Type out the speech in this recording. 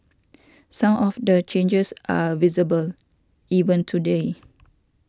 some of the changes are visible even today